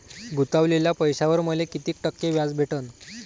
गुतवलेल्या पैशावर मले कितीक टक्के व्याज भेटन?